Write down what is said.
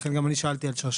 ולכן גם שאלתי על שרשבסקי.